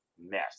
mess